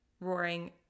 roaring